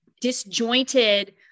disjointed